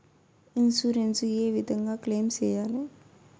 Insurance ఏ విధంగా claim సేయాలి?